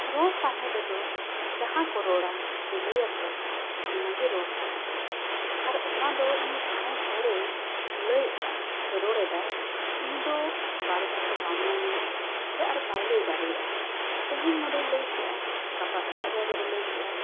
ᱨᱚᱲ ᱥᱟᱣᱦᱮᱫ ᱨᱮᱫᱚ ᱡᱟᱦᱟᱸ ᱠᱚ ᱨᱚᱲᱟ ᱥᱮ ᱞᱟᱹᱭᱟᱠᱚ ᱚᱱᱟᱜᱮ ᱨᱚᱲ ᱥᱟᱶᱦᱮᱫ ᱫᱚ ᱟᱨ ᱚᱱᱟᱫᱚ ᱩᱱᱤ ᱡᱟᱦᱟᱸᱭ ᱦᱚᱲᱮᱭ ᱞᱟᱹᱭᱮᱫᱟ ᱥᱮ ᱨᱚᱲᱮᱫᱟᱭ ᱩᱱᱤᱫᱚ ᱵᱟᱨ ᱵᱟᱨ ᱫᱚ ᱵᱟᱢ ᱧᱟᱢᱮᱭᱟ ᱥᱮ ᱟᱨ ᱵᱟᱭ ᱞᱟᱹᱭ ᱫᱟᱲᱮᱭᱟᱜᱼᱟ ᱛᱮᱦᱮᱧ ᱱᱚᱸᱰᱮ ᱞᱟᱹᱭ ᱠᱮᱫᱟᱭ ᱜᱟᱯᱟ ᱮᱴᱟᱜ ᱡᱟᱭᱜᱟᱨᱮ ᱞᱟᱹᱭ ᱠᱮᱫᱟᱭ